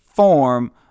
Form